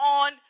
on